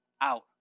out